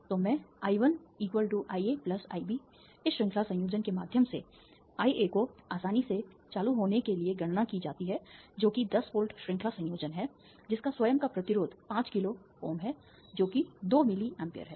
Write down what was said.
तो मैं I1 sIA IB इस श्रृंखला संयोजन के माध्यम से IA को आसानी से चालू होने के लिए गणना की जाती है जो कि 10 वोल्ट श्रृंखला संयोजन है जिसका स्वयं का प्रतिरोध 5 किलो है जो कि 2 मिली amps है